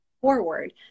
forward